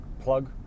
plug